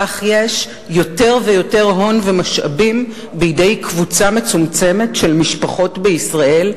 כך יש יותר ויותר הון ומשאבים בידי קבוצה מצומצמת של משפחות בישראל.